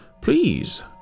Please